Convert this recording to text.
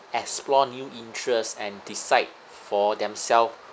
explore new interests and decide for themselves